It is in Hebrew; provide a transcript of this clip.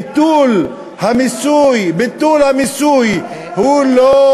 ביטול המיסוי הוא לא,